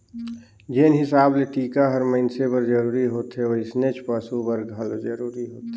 जेन हिसाब ले टिका हर मइनसे बर जरूरी होथे वइसनेच पसु बर घलो जरूरी होथे